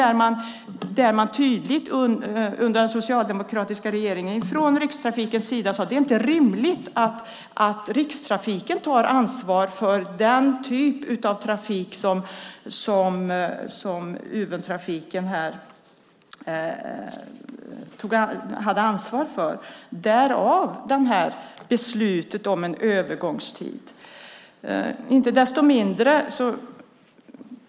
Rikstrafiken sade tydligt att det inte var rimligt att Rikstrafiken tar ansvar för den typen av trafik, därav beslutet om en övergångstid.